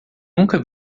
nunca